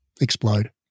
explode